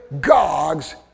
gods